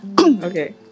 Okay